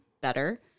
better